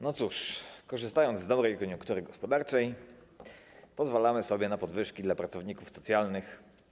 No cóż, korzystając z dobrej koniunktury gospodarczej, pozwalamy sobie na podwyżki dla pracowników socjalnych.